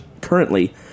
currently